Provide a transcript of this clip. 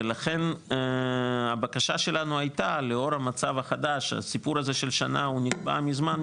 ולכן הבקשה שלנו הייתה לאור המצב החדש הסיפור הזה של שנה הוא נקבע מזמן,